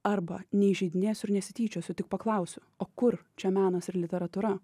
arba neįžeidinėsiu ir nesityčiosiu tik paklausiu o kur čia menas ir literatūra